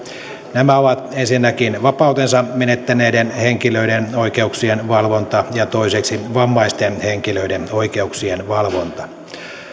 nämä ovat ensinnäkin vapautensa menettäneiden henkilöiden oikeuksien valvonta ja toiseksi vammaisten henkilöiden oikeuksien valvonta